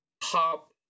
pop